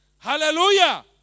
Hallelujah